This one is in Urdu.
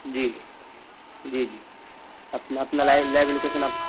جی جی جی اپنا اپنا لائیو لائیو لوکیشن آپ